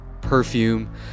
perfume